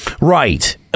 Right